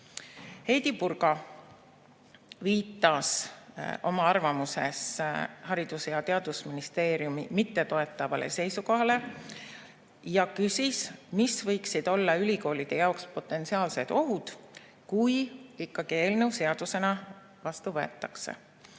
Heidy Purga viitas oma arvamuses Haridus- ja Teadusministeeriumi mittetoetavale seisukohale ja küsis, mis võiksid ülikoolide jaoks olla potentsiaalsed ohud, kui eelnõu seadusena vastu võetakse.